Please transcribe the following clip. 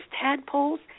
tadpoles